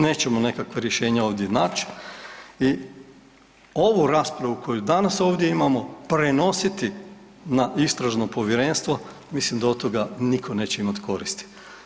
Nećemo nekakva rješenja ovdje naći i ovu raspravu koju danas ovdje imamo prenositi na istražno povjerenstvo mislim da od toga nitko neće imati koristi.